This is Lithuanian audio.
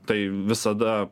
tai visada